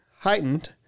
heightened